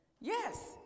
Yes